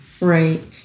Right